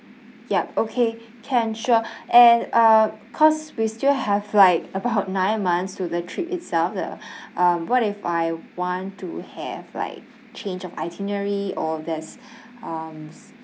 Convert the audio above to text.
yup okay can sure and uh cause we still have like about nine months to the trip itself the um what if I want to have like change of itinerary or there's um